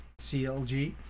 clg